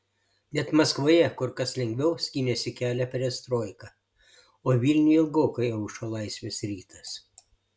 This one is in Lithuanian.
net maskvoje kur kas lengviau skynėsi kelią perestroika o vilniuje ilgokai aušo laisvės rytas